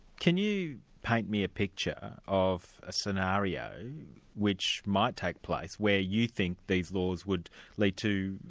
can you paint me a picture of a scenario which might take place where you think these laws would lead to,